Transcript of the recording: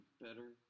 better